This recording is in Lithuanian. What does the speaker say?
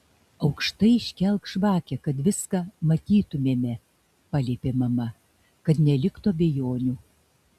aukštai iškelk žvakę kad viską matytumėme paliepė mama kad neliktų abejonių